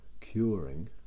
curing